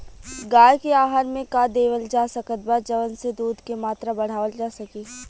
गाय के आहार मे का देवल जा सकत बा जवन से दूध के मात्रा बढ़ावल जा सके?